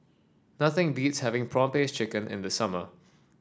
nothing beats having prawn paste chicken in the summer